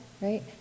right